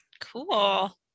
Cool